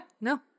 no